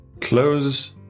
close